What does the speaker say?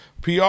PR